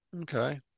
Okay